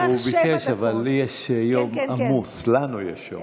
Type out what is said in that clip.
הוא ביקש, אבל לי יש יום עמוס, לנו יש יום עמוס.